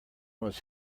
was